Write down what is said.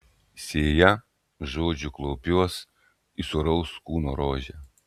sėja žodžių klaupiuosi į sūraus kūno rožę